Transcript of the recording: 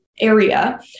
Area